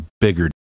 bigger